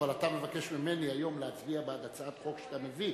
אבל אתה מבקש ממני היום להצביע בעד הצעת חוק שאתה מביא,